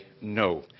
no